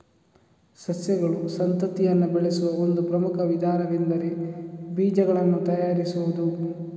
ಸಸ್ಯಗಳು ಸಂತತಿಯನ್ನ ಬೆಳೆಸುವ ಒಂದು ಪ್ರಮುಖ ವಿಧಾನವೆಂದರೆ ಬೀಜಗಳನ್ನ ತಯಾರಿಸುದು